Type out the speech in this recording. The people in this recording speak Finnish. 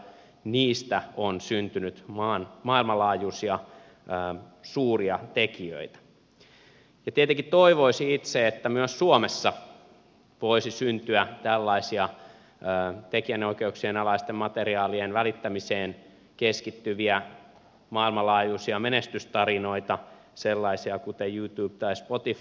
niistä on syntynyt maailmanlaajuisia suuria tekijöitä ja tietenkin toivoisi että myös suomessa voisi syntyä tällaisia tekijänoikeuksien alaisten materiaalien välittämiseen keskittyviä maailmanlaajuisia menestystarinoita sellaisia kuin youtube tai spotify